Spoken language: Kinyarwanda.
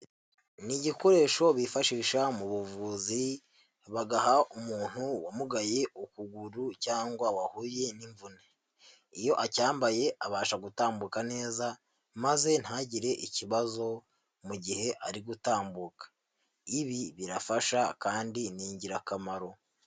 Ni igikoresho bifashisha mu buvuzi bagaha umuntu wamugaye ukuguru cyangwa wahuye n'imvune iyo acyambaye abasha gutambuka neza maze ntagire ikibazo mu gihe ari gutambuka ibi birafasha kandi ni ingirakamaro.